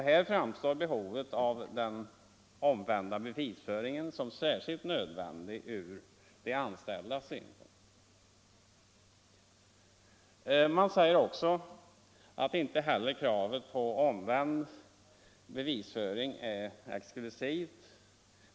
Här framstår den omvända bevisföringen som särskilt nödvändig ur den anställdes synpunkt. Man säger också att inte heller kravet på omvänd bevisföring är exklusivt.